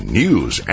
news